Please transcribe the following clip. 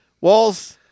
walls